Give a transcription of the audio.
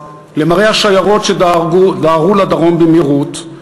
למראה השיירות שדהרו לדרום במהירות,